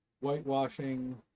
Whitewashing